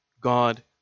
God